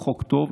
הוא חוק טוב.